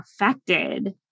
affected